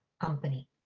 company